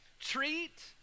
treat